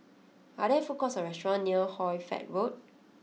are there food courts or restaurants near Hoy Fatt Road